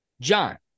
John